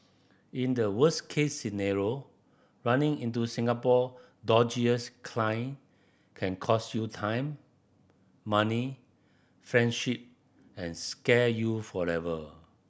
in the worst case scenario running into Singapore dodgiest client can cost you time money friendship and scar you forever